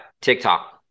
TikTok